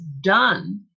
done